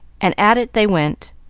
and at it they went.